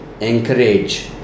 encourage